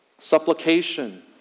supplication